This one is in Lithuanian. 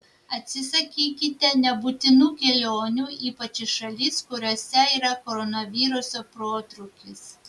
atsisakykite nebūtinų kelionių ypač į šalis kuriose yra koronaviruso protrūkis